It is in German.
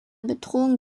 bedrohung